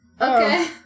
Okay